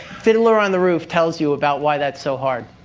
fiddler on the roof tells you about why that's so hard.